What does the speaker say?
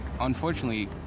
unfortunately